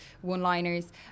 one-liners